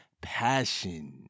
passion